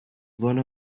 one